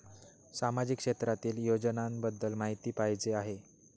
सामाजिक क्षेत्रातील योजनाबद्दल माहिती पाहिजे आहे?